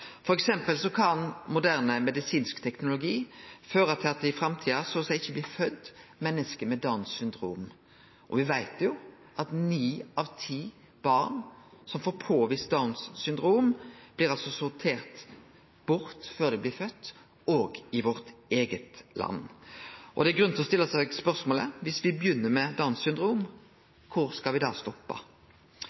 framtida så å seie ikkje blir fødde menneske med Downs syndrom, og vi veit jo at ni av ti barn som får påvist Downs syndrom, blir sortere bort før dei blir fødde, òg i vårt eige land. Det er grunn til å stille seg spørsmålet: Om vi begynner med Downs syndrom, kvar skal vi da